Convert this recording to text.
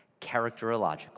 Characterological